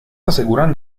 aseguran